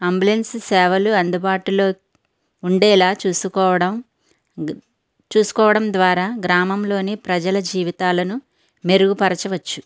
ambulance సేవలు అందుబాటులో ఉండేలా చూసుకోవడం గ చూసుకోవడం ద్వారా గ్రామంలోని ప్రజల జీవితాలను మెరుగుపరచవచ్చు